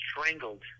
strangled